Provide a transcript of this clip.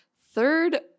third